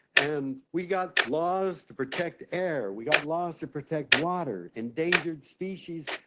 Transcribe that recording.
and we've got laws to protect air, we've got laws to protect water, endangered species,